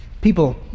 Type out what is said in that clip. people